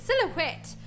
silhouette